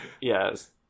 Yes